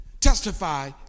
testify